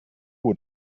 what